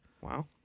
Wow